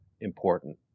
important